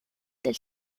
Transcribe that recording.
del